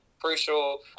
crucial